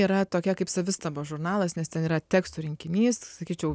yra tokia kaip savistabos žurnalas nes ten yra tekstų rinkinys sakyčiau